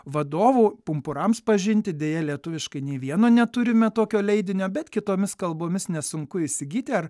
vadovų pumpurams pažinti deja lietuviškai nei vieno neturime tokio leidinio bet kitomis kalbomis nesunku įsigyti ar